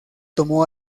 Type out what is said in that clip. tomó